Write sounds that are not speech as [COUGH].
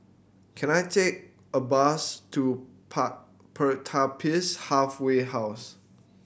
can I take a bus to [UNINTELLIGIBLE] Pertapis Halfway House